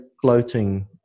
floating